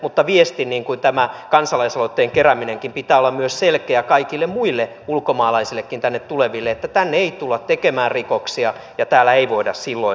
mutta viestin niin kuin tämä kansalaisaloitteen kerääminenkin on pitää olla myös selkeä kaikille muille ulkomaalaisillekin tänne tuleville että tänne ei tulla tekemään rikoksia ja täällä ei voida silloin olla